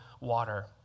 water